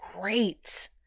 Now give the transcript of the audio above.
great